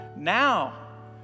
Now